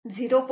L 0